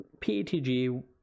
PETG